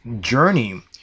journey